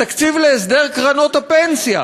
התקציב להסדר קרנות הפנסיה,